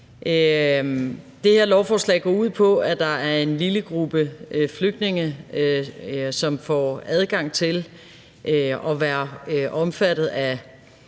Det her lovforslag går ud på, at der er en lille gruppe flygtninge, som får adgang til at være omfattet af